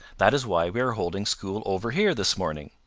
that is why we are holding school over here this morning.